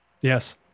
Yes